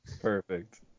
Perfect